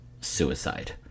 suicide